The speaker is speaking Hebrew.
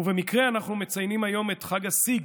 ובמקרה אנחנו מציינים היום את חג הסגד,